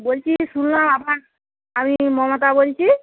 বলছি শুনলাম আমি মমতা বলছি